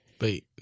Wait